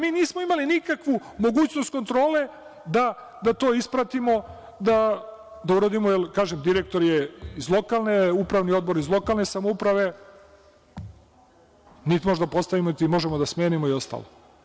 Mi nismo imali nikakvu mogućnost kontrole da to ispratimo i da uradimo, jer kažem direktor je iz lokalne, upravni odbor iz lokalne samouprave, niti možemo da postavimo, niti možemo da smenimo i ostalo.